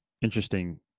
interesting